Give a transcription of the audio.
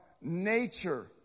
nature